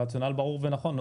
הרציונל ברור ונכון.